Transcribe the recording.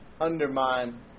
undermine